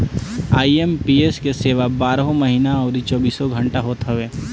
IMPS के सेवा बारहों महिना अउरी चौबीसों घंटा होत हवे